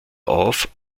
auf